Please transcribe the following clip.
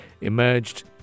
emerged